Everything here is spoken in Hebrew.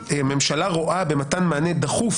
--- הממשלה רואה במתן מענה דחוף,